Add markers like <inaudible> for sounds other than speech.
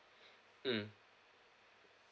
<breath> mm